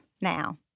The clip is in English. now